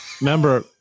remember